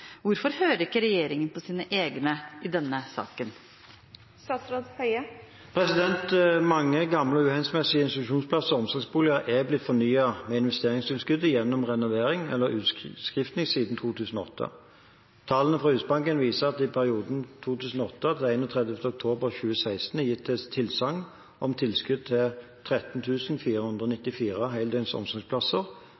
Hvorfor hører ikke regjeringen på sine egne i denne saken?» Mange gamle og uhensiktsmessige institusjonsplasser og omsorgsboliger er blitt fornyet med investeringstilskudd gjennom renovering eller utskifting siden 2008. Tall fra Husbanken viser at det i perioden fra 2008 til 31. oktober 2016 er gitt tilsagn om tilskudd til 13 494 heldøgns omsorgsplasser. En vesentlig del gjelder nettopp renovering og